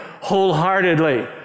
wholeheartedly